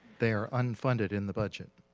they are unfunded in the budget.